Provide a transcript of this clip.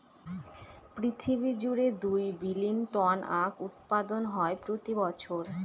পৃথিবী জুড়ে দুই বিলীন টন আখ উৎপাদন হয় প্রতি বছর